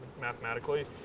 mathematically